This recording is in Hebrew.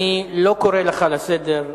אני לא קורא אותך לסדר,